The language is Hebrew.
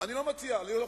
אבל לא כך אני מציע כעת.